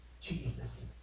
Jesus